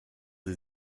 sie